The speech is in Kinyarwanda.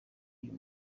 uyu